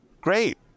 great